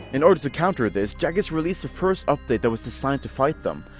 in order to counter this, jagex released the first update that was designed to fight them,